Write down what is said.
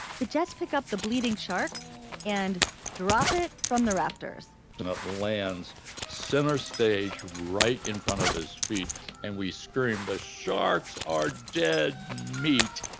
the jets pick up the bleeding shark and drop it from the rafters and to the lands center stage right in front of his feet and we scream the sharks are dead meat.